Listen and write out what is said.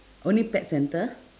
only pet center